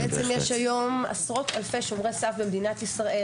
יש היום עשרות אלפי שומרי סף במדינת ישראל